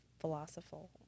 philosophical